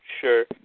sure